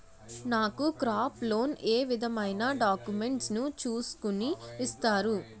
నాకు crop loan ఏ విధమైన డాక్యుమెంట్స్ ను చూస్కుని ఇస్తారు?